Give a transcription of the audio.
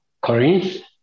Corinth